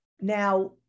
Now